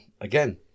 Again